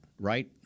right